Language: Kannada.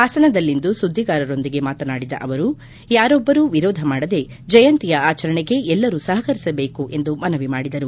ಪಾಸನದಲ್ಲಿಂದು ಸುದ್ದಿಗಾರರೊಂದಿಗೆ ಮಾತನಾಡಿದ ಅವರು ಯಾರೊಬ್ಬರು ವಿರೋಧ ಮಾಡದೆ ಜಯಂತಿಯ ಆಚರಣೆಗೆ ಎಲ್ಲರೂ ಸಹಕರಿಸಬೇಕು ಎಂದು ಮನವಿ ಮಾಡಿದರು